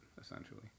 essentially